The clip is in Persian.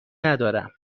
ندارم